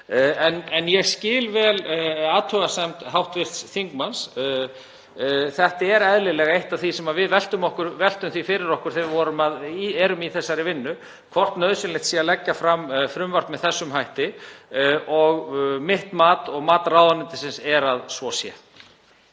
Ég skil vel athugasemd hv. þingmanns. Þetta er eðlilega eitt af því sem við veltum fyrir okkur þegar við höfum verið í þessari vinnu, hvort nauðsynlegt sé að leggja fram frumvarp með þessum hætti og mitt mat og mat ráðuneytisins er að svo sé.